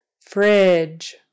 Fridge